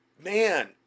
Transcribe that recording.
man